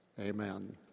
Amen